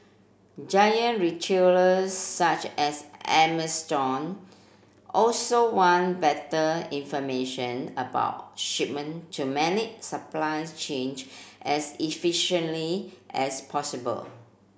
giant retailer such as Amazon also want better information about shipment to manage supply change as as possible